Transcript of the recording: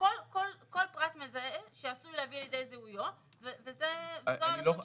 כל פרט מזהה שעשוי להביא לידי זיהויו וזו הלשון של החוק.